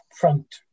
front